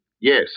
Yes